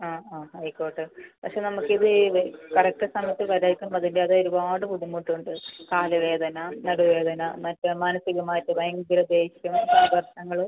ആ ആ ആയിക്കോട്ടെ പക്ഷെ നമ്മൾക്ക് ഇതിൽ കറക്റ്റ് സമയത്ത് വരാത്തതിൻ്റെ അതിൻ്റേതായ ഒരുപാട് ബുദ്ധിമുട്ടുണ്ട് കാലുവേദന നടുവേദന മറ്റേ മാനസികമായിട്ട് ഭയങ്കര ദേഷ്യം സംഘർഷങ്ങൾ